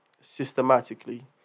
systematically